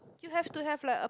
you have to have like a